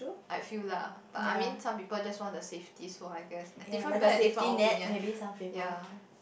I feel lah but I mean some people just want the safety so I guess different people different opinion ya